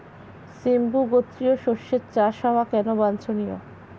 সিম্বু গোত্রীয় শস্যের চাষ হওয়া কেন বাঞ্ছনীয়?